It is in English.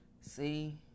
See